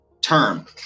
term